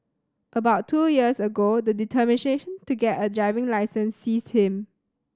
about two years ago the determination to get a driving licence seized him